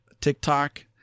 TikTok